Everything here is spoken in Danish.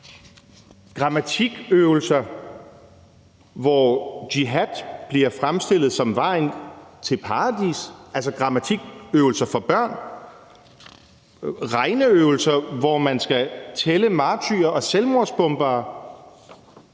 grammatikøvelser, hvor jihad bliver fremstillet som vejen til paradis, altså grammatikøvelser for børn. Der er regneøvelser, hvor man skal tælle martyrer og selvmordsbombere.